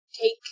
take